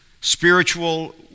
spiritual